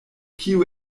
kiu